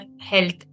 health